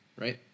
right